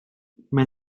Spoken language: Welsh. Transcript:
mae